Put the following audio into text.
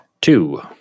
Two